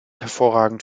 hervorragend